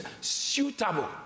suitable